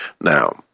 Now